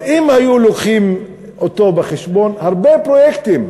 אבל אם היו לוקחים אותו בחשבון, הרבה פרויקטים